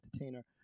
entertainer